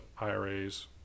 IRAs